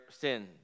sin